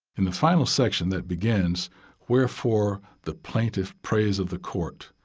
in the final section that begins wherefore the plaintiff prays of the court,